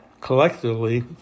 collectively